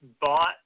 bought